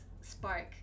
spark